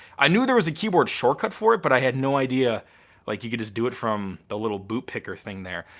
i knew there was a keyboard shortcut for it but i had no idea like you could just do it from the little boot picker thing there.